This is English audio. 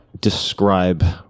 describe